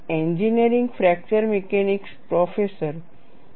engineering fracture mechanics professor કે